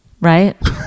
Right